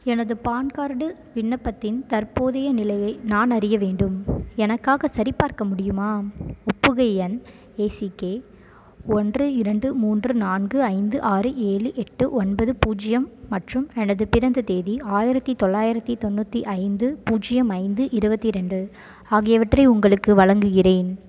எனது PAN card விண்ணப்பத்தின் தற்போதைய நிலையை நான் அறிய வேண்டும் எனக்காக சரிபார்க்க முடியுமா ஒப்புகை எண் ஏ சி கே ஒன்று இரண்டு மூன்று நான்கு ஐந்து ஆறு ஏழு எட்டு ஒன்பது பூஜ்ஜியம் மற்றும் எனது பிறந்த தேதி ஆயிரத்தி தொள்ளாயிரத்தி தொண்ணூற்றி ஐந்து பூஜ்ஜியம் ஐந்து இருபத்தி ரெண்டு ஆகியவற்றை உங்களுக்கு வழங்குகிறேன்